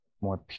more